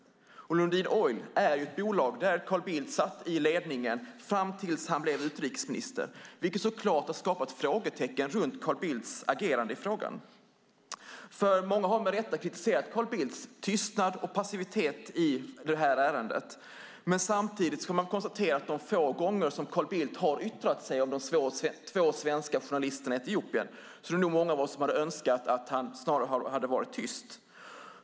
Lundin Oil är ett bolag där Carl Bildt satt i ledningen fram till att han blev utrikesminister, vilket så klart har skapat frågetecken runt Carl Bildts agerande i frågan. Många har nämligen med rätta kritiserat Carl Bildts tystnad och passivitet. Samtidigt kan vi konstatera att de få gånger Bildt yttrat sig om de två svenskarna i Etiopien är det nog många av oss som hade önskat att han snarare hade varit tyst.